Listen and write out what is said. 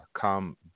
come